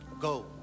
go